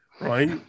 right